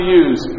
use